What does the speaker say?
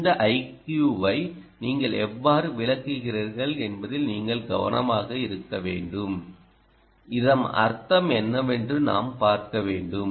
இந்த iQ வை நீங்கள் எவ்வாறு விளக்குகிறீர்கள் என்பதில் நீங்கள் கவனமாக இருக்க வேண்டும் இதன் அர்த்தம் என்னவென்று நாம் பார்க்க வேண்டும்